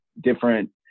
different